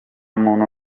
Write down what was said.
muntu